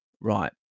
Right